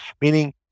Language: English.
meaning